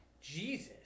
Jesus